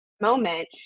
moment